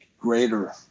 greater